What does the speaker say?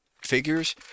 figures